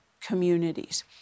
communities